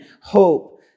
hope